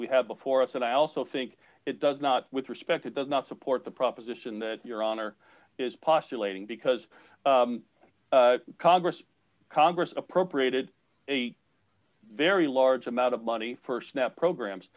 we have before us and i also think it does not with respect it does not support the proposition that your honor is postulating because congress congress appropriated a very large amount of money for snap programs